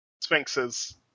Sphinxes